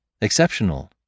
Exceptional